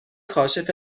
کاشف